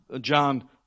John